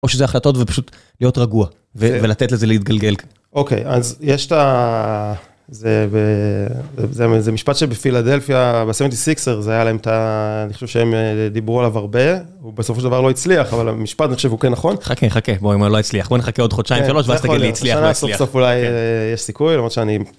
או שזה החלטות ופשוט להיות רגוע ולתת לזה להתגלגל. אוקיי, אז יש את ה... זה משפט שבפילדלפיה, ב-76' זה היה להם את ה... אני חושב שהם דיברו עליו הרבה ובסופו של דבר לא הצליח, אבל המשפט אני חושב הוא כן נכון. חכה, חכה, בואי נחכה עוד חודשיים, שלוש, ואז תגיד לי הצליח. בסוף סוף אולי יש סיכוי, למרות שאני...